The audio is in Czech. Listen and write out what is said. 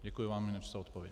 Děkuji vám za odpověď.